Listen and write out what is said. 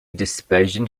dispersion